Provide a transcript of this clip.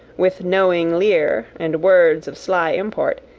with knowing leer and words of sly import,